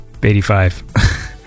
85